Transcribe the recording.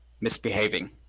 misbehaving